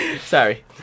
Sorry